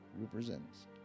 represents